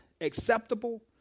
acceptable